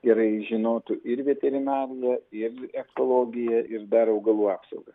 gerai žinotų ir veterinariją ir ekologiją ir dar augalų apsaugą